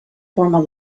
formal